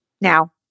Now